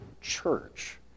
church